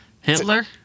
Hitler